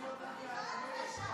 מה זה?